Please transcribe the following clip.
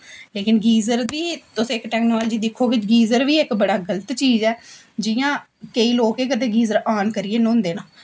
लेकिन गीज़र बी तुस इक टैकनॉलजी दिक्खो गीज़र बी इक बड़ा गल्त चीज़ ऐ जियां केईं लोग केह् करदे गीज़र आन करियै न्हौंदे न